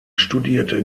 studierte